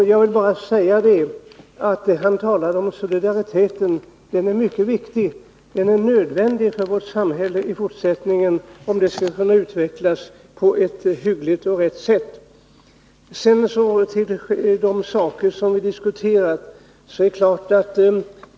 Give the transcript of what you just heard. Gabriel Romanus talade om solidariteten, och den är mycket viktig. Den är nödvändig om vårt samhälle skall kunna utvecklas på ett hyggligt och rätt sätt.